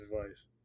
advice